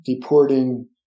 deporting